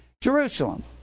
Jerusalem